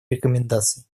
рекомендаций